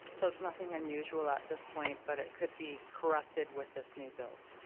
so it's nothing unusual at this point, but it could be corrected with this new build?